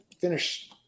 finish